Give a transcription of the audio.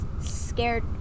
scared